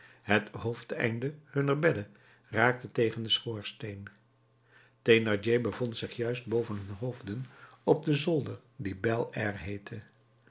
het hoofdeinde hunner bedden raakte tegen den schoorsteen thénardier bevond zich juist boven hun hoofden op den zolder die bel air